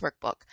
Workbook